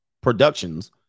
Productions